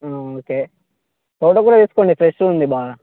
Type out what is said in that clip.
okay తోటకూర తీసుకోండి ఫ్రెష్గా ఉంది బాగా